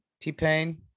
T-Pain